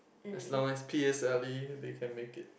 as long as p_s_l_e they can make it